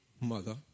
mother